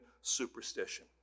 superstition